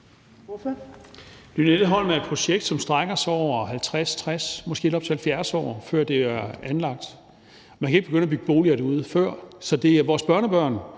Lynetteholm er et projekt, som strækker sig over 50, 60, måske helt op til 70 år, før det er anlagt. Man kan ikke begynde at bygge boliger derude før, så det er vores børnebørn,